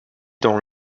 dans